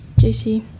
JC